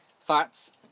thoughts